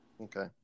Okay